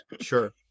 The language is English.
Sure